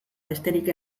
besterik